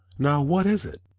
now what is it?